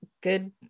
good